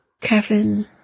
Kevin